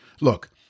look